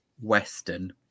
western